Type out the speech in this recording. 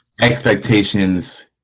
expectations